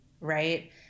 Right